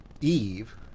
Eve